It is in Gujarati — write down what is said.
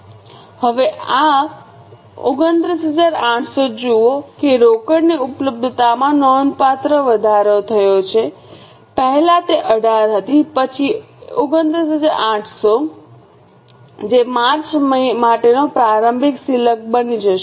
હવે આ 29800 જુઓ કે રોકડની ઉપલબ્ધતામાં નોંધપાત્ર વધારો થયો છે પહેલા તે 18 હતી પછી 29800 જે માર્ચ માટેનો પ્રારંભિક સિલક બની જશે